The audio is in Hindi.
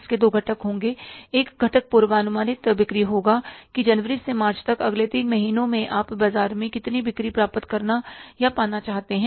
इसके दो घटक होंगे एक घटक पूर्वानुमानित बिक्री होगा कि जनवरी से मार्च तक अगले तीन महीनों में आप बाजार में कितनी बिक्री प्राप्त करना या पाना चाहते हैं